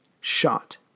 shot